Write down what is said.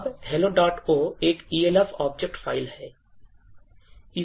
अब helloo एक Elf object file है